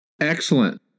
Excellent